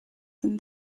than